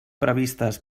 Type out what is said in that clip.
previstes